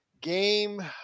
game